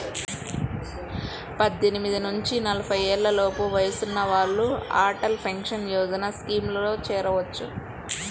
పద్దెనిమిది నుంచి నలభై ఏళ్లలోపు వయసున్న వాళ్ళు అటల్ పెన్షన్ యోజన స్కీమ్లో చేరొచ్చు